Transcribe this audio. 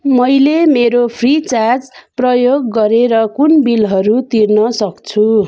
मैले मेरो फ्रिचार्ज प्रयोग गरेर कुन बिलहरू तिर्न सक्छु